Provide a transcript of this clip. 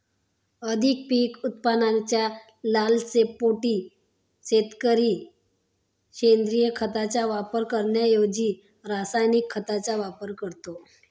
अधिक पीक उत्पादनाच्या लालसेपोटी शेतकरी सेंद्रिय खताचा वापर करण्याऐवजी रासायनिक खतांचा वापर करतो